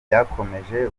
byakomeje